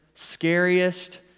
scariest